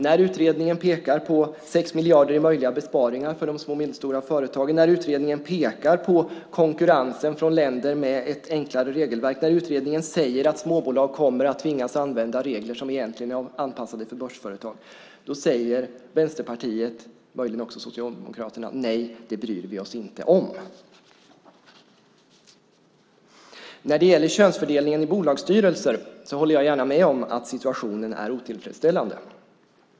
När utredningen pekar på 6 miljarder i möjliga besparingar för de små och medelstora företagen, när utredningen pekar på konkurrensen från länder med ett enklare regelverk och när utredningen säger att småbolag kommer att tvingas använda regler som egentligen är anpassade för börsföretag säger Vänsterpartiet, möjligen också Socialdemokraterna: Nej, det bryr vi oss inte om. När det gäller könsfördelningen i bolagsstyrelser håller jag gärna med om att situationen är otillfredsställande.